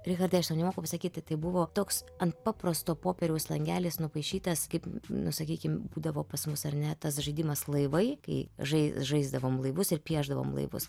richardui aš tau nemoku pasakyti tai buvo toks ant paprasto popieriaus langeliais nupaišytas kaip nu sakykim būdavo pas mus ar ne tas žaidimas laivai kai žai žaisdavom laivus ir piešdavom laivus